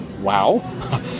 wow